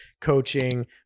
coaching